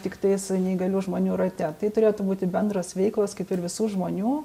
tiktai su neįgalių žmonių rate tai turėtų būti bendros veiklos kaip ir visų žmonių